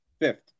Fifth